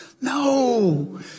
No